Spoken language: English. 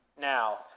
now